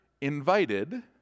invited